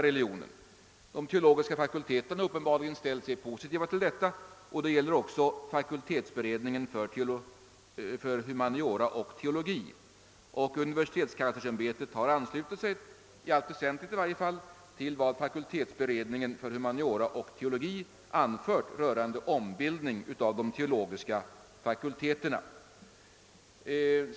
De teologiska fakulteterna har uppenbarligen ställt sig positiva till detta liksom fakultetsberedningen för humaniora och teologi, och universitetskanslersämbetet har anslutit sig — i allt väsentligt i varje fall — till vad fakultetsberedningen för humaniora och teologi anfört rörande ombildning av de teologiska fakulteterna.